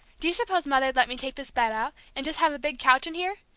do you suppose mother'd let me take this bed out, and just have a big couch in here?